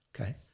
Okay